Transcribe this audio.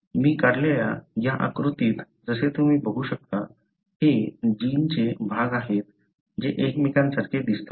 मी काढलेल्या या आकृतीत जसे तुम्ही बघू शकता हे जीनचे भाग आहेत जे एकमेकांसारखे दिसतात